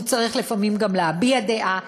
והוא צריך לפעמים גם להביע דעה.